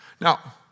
Now